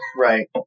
right